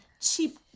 Cheap